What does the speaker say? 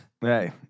Hey